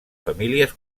famílies